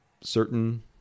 certain